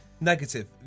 Negative